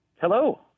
Hello